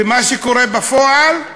ומה שקורה בפועל,